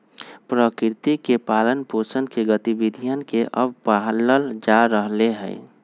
प्रकृति के पालन पोसन के गतिविधियन के अब पाल्ल जा रहले है